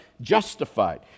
justified